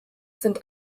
sind